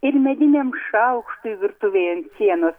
ir mediniam šaukštui virtuvėj ant sienos